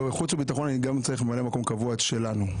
בחוץ וביטחון אני גם צריך ממלא מקום קבוע שלנו,